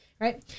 right